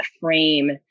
frame